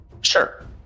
Sure